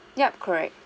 yup correct